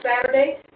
Saturday